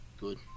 good